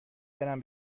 برم